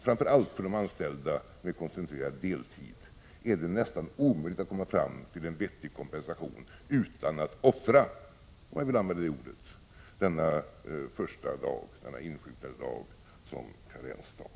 Framför allt för de anställda med koncentrerad deltid är det nästan omöjligt att komma fram till en vettig kompensation utan att offra denna insjuknandedag som karensdag.